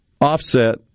offset